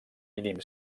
mínim